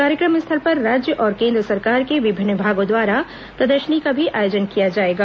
कार्यक्रम स्थल पर राज्य और केन्द्र सरकार के विभिन्न विभागों द्वारा प्रदर्शनी का भी आयोजन किया जाएगा